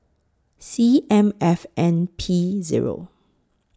C M F N P Zero